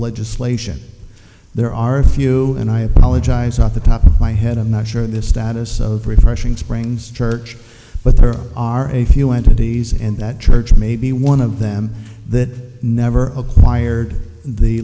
legislation there are a few and i apologize off the top of my head i'm not sure the status of refreshing springs church but there are a few entities and that church may be one of them that never acquired the